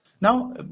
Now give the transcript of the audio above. Now